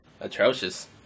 Atrocious